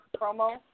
promo